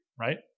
right